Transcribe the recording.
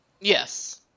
Yes